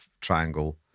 triangle